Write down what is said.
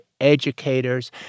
educators